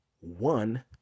one